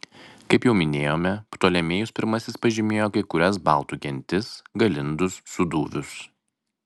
kaip jau minėjome ptolemėjus pirmasis pažymėjo kai kurias baltų gentis galindus sūduvius